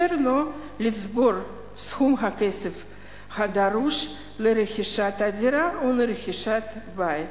יאפשר לו לצבור את סכום הכסף הדרוש לרכישת הדירה או לרכישת בית.